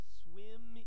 swim